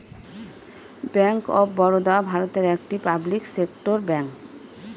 bank of Baroda ভারতের একটি public sector bank